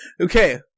okay